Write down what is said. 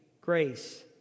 Grace